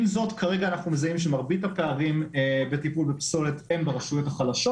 כרגע אנחנו מזהים שמרבית הפערים בטיפול בפסולת הן ברשויות החלשות.